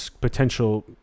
potential